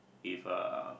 with uh